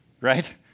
right